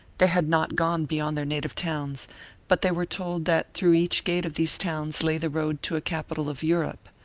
they had not gone beyond their native towns but they were told that through each gate of these towns lay the road to a capital of europe.